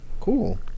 cool